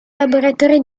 laboratorio